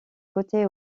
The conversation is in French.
côté